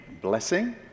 blessing